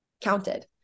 counted